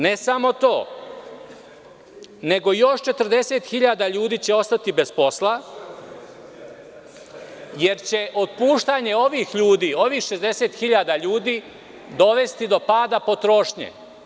Ne samo to, nego će još 40.000 ljudi ostati bez posla, jer će otpuštanje ovih 60.000 ljudi dovesti do pada potrošnje.